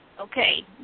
okay